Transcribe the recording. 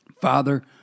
Father